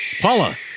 Paula